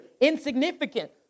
insignificant